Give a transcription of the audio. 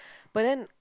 but then